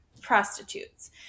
Prostitutes